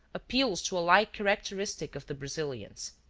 appeals to a like characteristic of the brazilians.